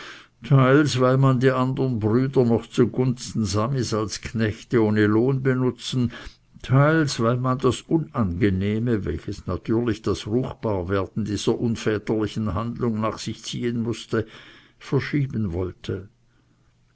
teils weil man die andern brüder noch zugunsten samis als knechte ohne lohn benutzen teils weil man das unangenehme welches natürlich das ruchbarwerden dieser unväterlichen handlung nach sich ziehen mußte verschieben wollte